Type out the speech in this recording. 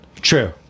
true